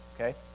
okay